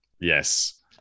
Yes